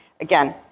Again